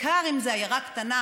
בעיקר אם זו עיירה קטנה,